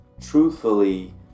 truthfully